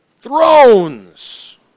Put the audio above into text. Thrones